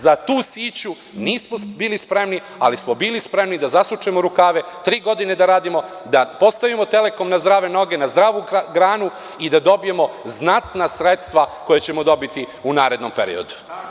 Za tu siću nismo bili spremni, ali smo bili spremni da zasučemo rukave, tri godine da radimo, da postavimo „Telekom“ na zdrave noge, na zdravu granu i da dobijemo znatna sredstva koja ćemo dobiti u narednom periodu.